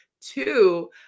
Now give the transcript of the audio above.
two